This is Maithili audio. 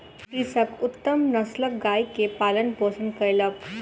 कृषक उत्तम नस्लक गाय के पालन पोषण कयलक